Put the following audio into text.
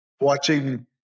watching